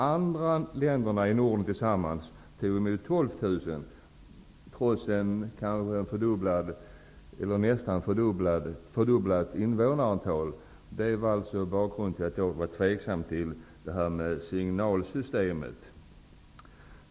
Övriga nordiska länder tog emot sammanlagt Det var alltså bakgrunden till att jag var tveksam till signalsystemet.